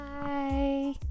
Bye